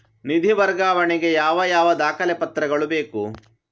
ನಿಧಿ ವರ್ಗಾವಣೆ ಗೆ ಯಾವ ಯಾವ ದಾಖಲೆ ಪತ್ರಗಳು ಬೇಕು?